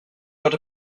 got